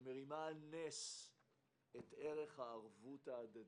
שמרימה על נס את ערך הערבות ההדדית.